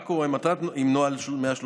מה קורה עם נוהל 134?